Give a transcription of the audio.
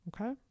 okay